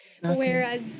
Whereas